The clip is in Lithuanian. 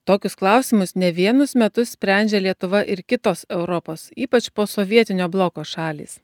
tokius klausimus ne vienus metus sprendžia lietuva ir kitos europos ypač posovietinio bloko šalys